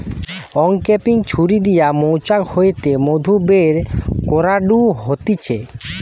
uncapping ছুরি লিয়া মৌচাক হইতে মধু বের করাঢু হতিছে